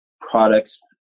products